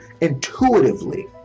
intuitively